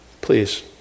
Please